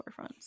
storefronts